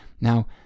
Now